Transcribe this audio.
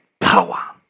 power